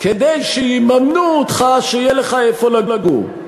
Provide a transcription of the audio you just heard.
כדי שיממנו אותך, שיהיה לך איפה לגור.